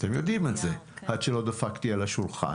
אתם יודעים את זה, עד שלא דפקתי על השולחן.